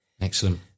Excellent